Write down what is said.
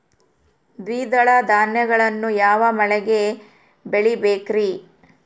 ದ್ವಿದಳ ಧಾನ್ಯಗಳನ್ನು ಯಾವ ಮಳೆಗೆ ಬೆಳಿಬೇಕ್ರಿ?